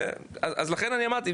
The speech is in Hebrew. אז לכן אני אמרתי,